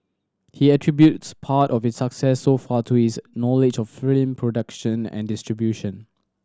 he attributes part of its success so far to his knowledge of film production and distribution